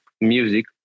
music